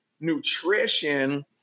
nutrition